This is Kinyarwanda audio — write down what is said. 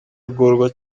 agorwa